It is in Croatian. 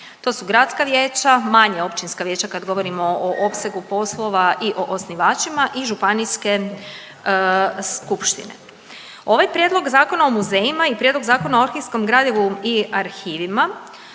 To su gradska vijeća, manje općinska vijeća kad govorimo o opsegu poslova i o osnivačima i županijske skupštine. Ovaj Prijedlog zakona o muzejima i Prijedlog zakona o arhivskom gradivu i arhivima,